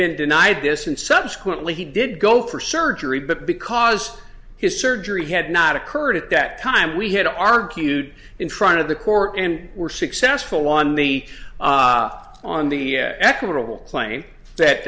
been denied this and subsequently he did go for surgery but because his surgery had not occurred at that time we had argued in front of the court and were successful on the on the equitable claim that